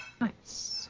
Nice